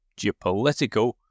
geopolitical